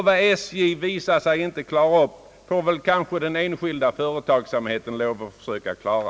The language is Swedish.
Vad SJ visat sig inte kunna klara upp får den enskilda företagsamheten lov att försöka klara.